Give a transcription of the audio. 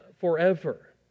forever